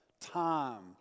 time